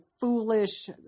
foolish